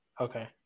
Okay